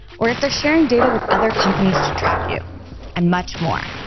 or if they're sharing data with other companies to track you and much more.